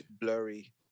blurry